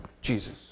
Jesus